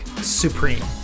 supreme